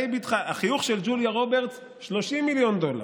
החיוך של ג'וליה רוברטס, 30 מיליון דולר,